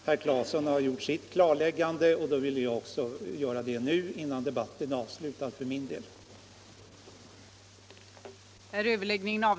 Herr Claeson har gjort sitt klarläggande, och jag ville göra mitt innan debatten nu för min del är avslutad.